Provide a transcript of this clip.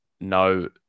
no